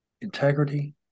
Integrity